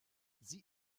sie